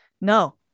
no